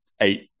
eight